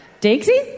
Dixie